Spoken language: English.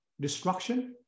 destruction